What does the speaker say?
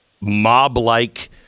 mob-like